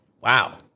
Wow